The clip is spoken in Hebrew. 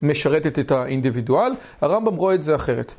משרתת את האינדיבידואל, הרמב״ם רואה את זה אחרת.